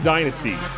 Dynasty